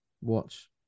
watch